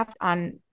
on